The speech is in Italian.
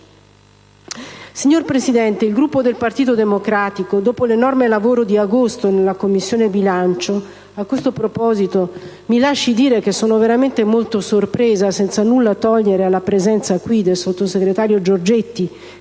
Signor Presidente, il Gruppo del Partito Democratico dopo l'enorme lavoro di agosto in Commissione bilancio (a questo proposito mi lasci dire che sono veramente molto sorpresa, senza nulla togliere alla presenza qui del sottosegretario Giorgetti,